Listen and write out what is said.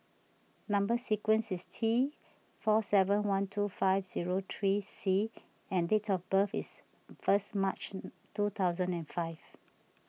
Number Sequence is T four seven one two five zero three C and date of birth is first March two thousand and five